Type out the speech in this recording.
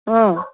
অঁ